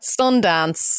Sundance